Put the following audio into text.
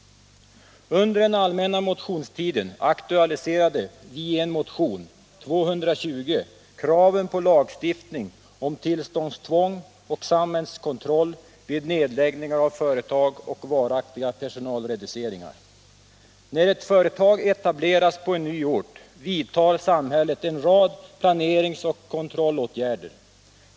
När ett företag etableras på en ny ort vidtar samhället en rad planeringsoch kontrollåtgärder.